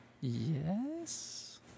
Yes